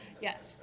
Yes